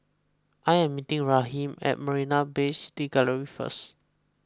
I am meeting Raheem at Marina Bay City Gallery first